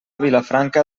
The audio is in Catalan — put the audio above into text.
vilafranca